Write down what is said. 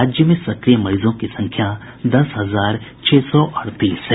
राज्य में सक्रिय मरीजों की संख्या दस हजार छह सौ अड़तीस है